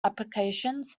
applications